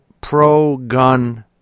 pro-gun